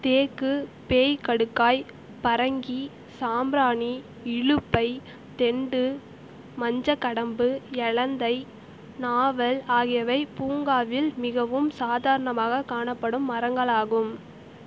தேக்கு பேய்க்கடுக்காய் பறங்கி சாம்ராணி இலுப்பை தெண்டு மஞ்சக்கடம்பு எலந்தை நாவல் ஆகியவை பூங்காவில் மிகவும் சாதாரணமாகக் காணப்படும் மரங்களாகும்